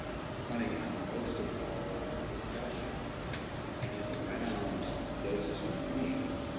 it's funny how ah most of the policy discussion is around those two themes,